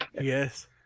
Yes